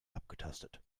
abgetastet